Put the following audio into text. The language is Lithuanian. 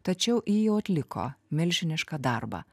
tačiau ji jau atliko milžinišką darbą